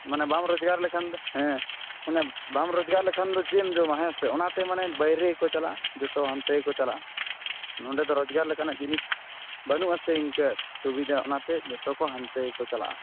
ᱢᱟᱱᱮ ᱵᱟᱢ ᱨᱚᱡᱜᱟᱨ ᱞᱮᱠᱷᱟᱱ ᱫᱚ ᱦᱮᱸ ᱚᱱᱮ ᱵᱟᱢ ᱨᱚᱡᱜᱟᱨ ᱞᱮᱠᱷᱟᱱ ᱫᱚ ᱪᱮᱫ ᱮᱢ ᱡᱚᱢᱟ ᱦᱮᱸ ᱥᱮ ᱚᱱᱟ ᱛᱮ ᱢᱟᱱᱮ ᱵᱟᱤᱨᱮ ᱠᱚ ᱪᱟᱞᱟᱜᱼᱟ ᱡᱚᱛᱚ ᱦᱟᱱᱛᱮ ᱜᱮᱠᱚ ᱪᱟᱞᱟᱜᱼᱟ ᱱᱚᱰᱮ ᱫᱚ ᱨᱚᱡᱜᱟᱨ ᱞᱮᱠᱟᱱᱟᱜ ᱡᱤᱱᱤᱥ ᱵᱟᱹᱱᱩᱜ ᱟᱥᱮ ᱤᱱᱠᱟᱹ ᱥᱩᱵᱤᱫᱟ ᱚᱱᱟ ᱛᱮ ᱡᱚᱛᱚ ᱠᱚ ᱦᱟᱱᱛᱮ ᱜᱮᱠᱚ ᱪᱟᱞᱟᱜᱼᱟ